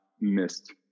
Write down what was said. missed